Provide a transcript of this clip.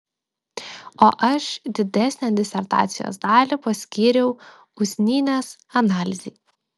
o aš didesnę disertacijos dalį paskyriau usnynės analizei